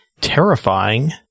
Terrifying